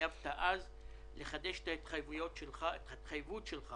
לחדש את ההתחייבות שלך